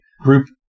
group